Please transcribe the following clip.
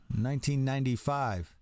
1995